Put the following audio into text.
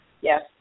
Yes